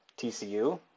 TCU